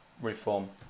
reform